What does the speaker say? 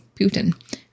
Putin